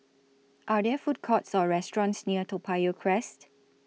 Are There Food Courts Or restaurants near Toa Payoh Crest